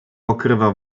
okrywa